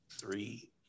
three